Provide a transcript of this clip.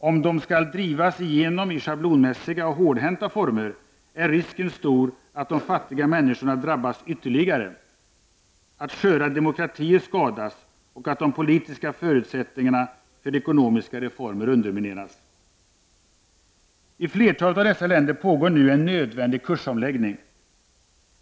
Om de skall drivas igenom i schablonmässiga och hårdhänta former är risken stor att de fattiga människorna drabbas ytterligare, att sköra demokratier skadas och att de politiska förutsättningarna för ekonomiska reformer undermineras. I flertalet av dessa länder pågår nu en nödvändig kursomläggning.